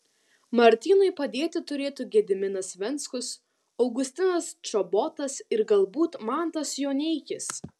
martynui padėti turėtų gediminas venckus augustinas čobotas ir galbūt mantas joneikis